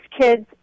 kids